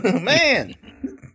man